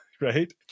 right